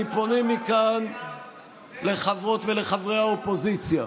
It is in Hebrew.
אני פונה מכאן לחברות ולחברי האופוזיציה,